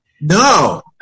No